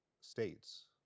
states